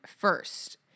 first